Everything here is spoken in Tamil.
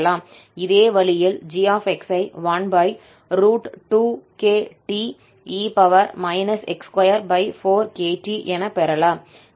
இதே வழியில் 𝑔𝑥 ஐ 12kte x24kt என பெறலாம்